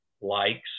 likes